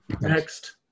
Next